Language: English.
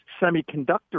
semiconductor